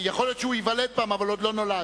יכול להיות שהוא ייוולד פעם, אבל עוד לא נולד.